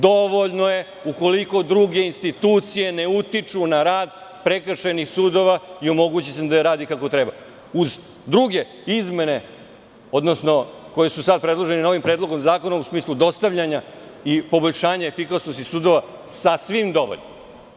Dovoljno je, ukoliko druge institucije ne utiču na rad prekršajnih sudova i omogući se da radi kako treba, uz druge izmene, odnosno koje su sada predložene novim predlogom zakona, u smislu dostavljanja i poboljšanja efikasnosti sudova, sasvim dovoljno.